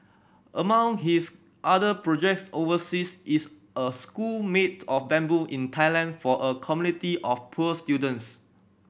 among his other projects overseas is a school made of bamboo in Thailand for a community of poor students